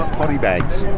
body bags.